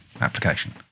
application